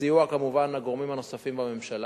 בסיוע כמובן הגורמים הנוספים בממשלה.